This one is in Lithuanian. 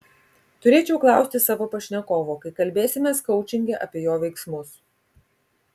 turėčiau klausti savo pašnekovo kai kalbėsimės koučinge apie jo veiksmus